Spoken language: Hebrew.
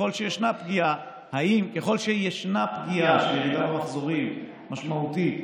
ככל שיש פגיעה שהיא פגיעה מחזורית ומשמעותית,